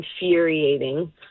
infuriating